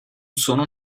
sono